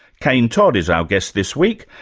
cain todd is our guest this week.